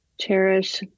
cherish